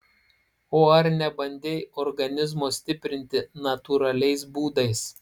o ar nebandei organizmo stiprinti natūraliais būdais